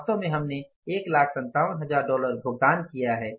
वास्तव में हमने 157000 डॉलर भुगतान किया है